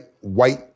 white